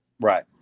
Right